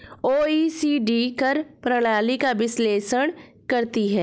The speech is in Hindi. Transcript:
ओ.ई.सी.डी कर प्रणाली का विश्लेषण करती हैं